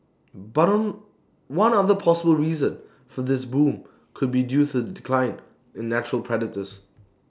but one other possible reason for this boom could be due to the decline in natural predators